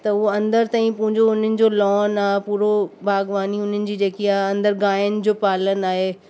त हूअ अंदरि ताईं पूंजो उन्हनि जो लॉन आहे पूरो बागबानी उन्हनि जी जेकी आहे अंदरि गांइयुनि जी पालन आहे